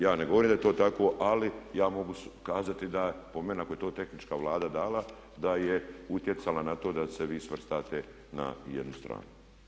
Ja ne govorim da je to tako ali ja mogu kazati da po meni ako je to tehnička Vlada dala da je utjecala na to da se vi svrstate na jednu stranu.